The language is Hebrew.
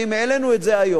העלינו את זה היום.